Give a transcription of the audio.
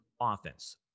offense